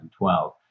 2012